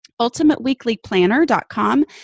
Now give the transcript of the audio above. UltimateWeeklyPlanner.com